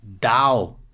DAO